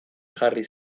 jarri